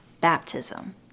Baptism